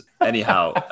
Anyhow